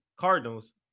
Cardinals